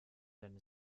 deine